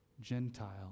Gentile